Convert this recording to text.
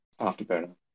Afterburner